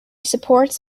supports